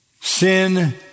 sin